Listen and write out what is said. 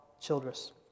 Childress